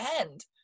end